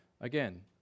Again